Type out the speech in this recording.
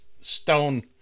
Stone